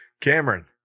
Cameron